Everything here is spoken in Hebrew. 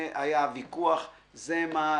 זה הוויכוח שהיה וזה מה שסיכמנו.